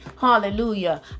Hallelujah